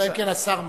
אלא אם כן השר מסכים.